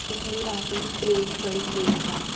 ते मेरी राती दी ट्रेन बड़ी लेट ऐ